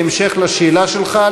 בהמשך לשאלה שלך,